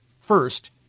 first